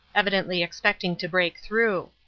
evidently expecting to break through.